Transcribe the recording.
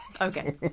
Okay